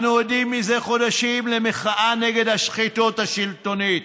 אנו עדים זה חודשים למחאה נגד השחיתות השלטונית,